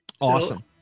Awesome